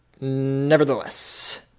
nevertheless